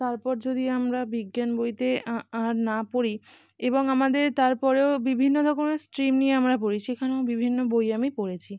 তারপর যদি আমরা বিজ্ঞান বইতে আ আর না পড়ি এবং আমাদের তার পরেও বিভিন্ন রকমের স্ট্রিম নিয়ে আমরা পড়ি সেখানেও বিভিন্ন বই আমি পড়েছি